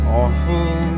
awful